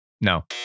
No